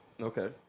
Okay